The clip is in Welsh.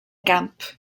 gamp